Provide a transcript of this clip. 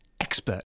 expert